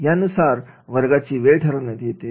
यानुसार वर्गाची वेळ ठरवण्यात येते